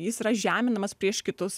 jis yra žeminamas prieš kitus